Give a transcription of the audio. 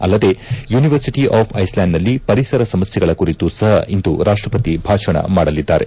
ಅಲ್ಲದೇ university of ಐಸ್ಲ್ಯಾಂಡ್ನಲ್ಲಿ ಪರಿಸರ ಸಮಸ್ನೆಗಳ ಕುರಿತು ಸಹ ಇಂದು ರಾಷ್ಟ್ರಪತಿ ಭಾಷಣ ಮಾಡಲಿದ್ದಾರೆ